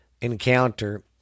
encounter